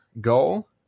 goal